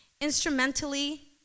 instrumentally